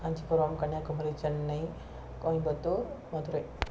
Kanchipuram Kanyakumari Chennai Coimbatore Madurai